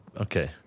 okay